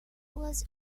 was